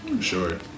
Sure